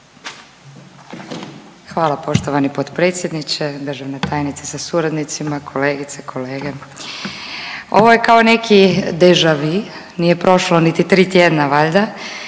Hvala poštovani potpredsjedniče, državna tajnice sa suradnicima, kolegice, kolege. Ovo je kao neki deja-vu, nije prošlo niti tri tjedna valjda.